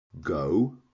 go